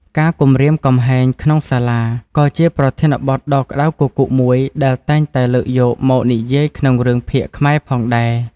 ការគំរាមកំហែង ក្នុងសាលា ក៏ជាប្រធានបទដ៏ក្ដៅគគុកមួយដែលតែងតែលើកយកមកនិយាយក្នុងរឿងភាគខ្មែរផងដែរ។